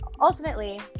ultimately